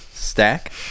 Stack